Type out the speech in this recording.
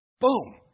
Boom